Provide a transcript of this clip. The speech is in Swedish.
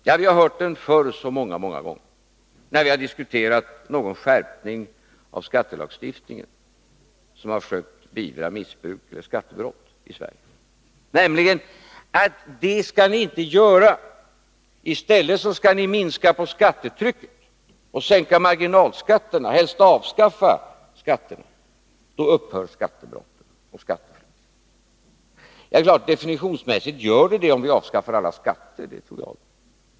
Ja, vi har hört det förr många gånger, då vi har diskuterat någon skärpning av skattelagstiftningen för att försöka beivra missbruk eller skattebrott i Sverige, nämligen: Det skall ni inte göra. I stället skall ni minska på skattetrycket och sänka marginalskatterna, helst avskaffa skatter. Då upphör skattebrott och skatteflykt. Det är klart att definitionsmässigt gör de det, om vi avskaffar alla skatter.